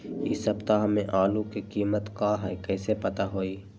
इ सप्ताह में आलू के कीमत का है कईसे पता होई?